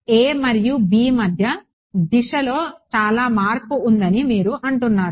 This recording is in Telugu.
ఎ మరియు బి మధ్య దిశలో చాలా మార్పు ఉందని మీరు అంటున్నారు